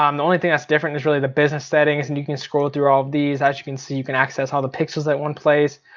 um the only thing that's different is really the business settings. and you can scroll through all these. as you can see you can access all the pixels at one place.